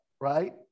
right